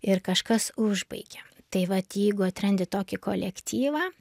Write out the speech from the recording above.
ir kažkas užbaigia tai vat jeigu atrandi tokį kolektyvą